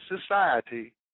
society